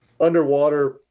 underwater